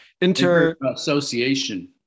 Inter-Association